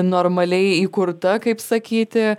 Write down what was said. normaliai įkurta kaip sakyti